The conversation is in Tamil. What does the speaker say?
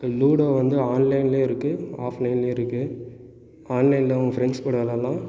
லூடோ வந்து ஆன்லைனில் இருக்குது ஆஃப்லைன்லேயும் இருக்குது ஆன்லைனில் அவங்க ஃப்ரெண்ஸ் கூட விளாயாட்லாம்